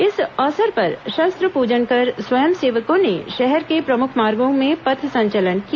इस अवसंर पर शस्त्र पूजन कर स्वयं सेवकों ने शहर के प्रमुख मार्गों में पथ संचलन किया